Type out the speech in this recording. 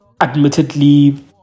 admittedly